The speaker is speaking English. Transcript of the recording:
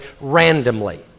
randomly